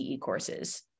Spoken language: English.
courses